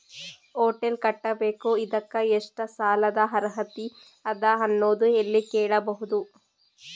Hotel ಕಟ್ಟಬೇಕು ಇದಕ್ಕ ಎಷ್ಟ ಸಾಲಾದ ಅರ್ಹತಿ ಅದ ಅನ್ನೋದು ಎಲ್ಲಿ ಕೇಳಬಹುದು?